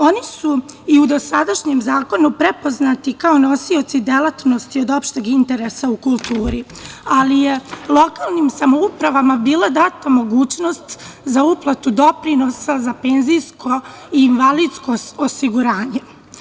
Oni su i u dosadašnjem zakonu prepoznati kao nosioci delatnosti od opšteg interesa u kulturi, ali je lokalnim samoupravama bila data mogućnost za uplatu doprinosa za penzijsko i invalidsko osiguranje.